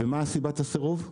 ומה סיבת הסירוב?